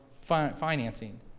financing